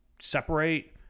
separate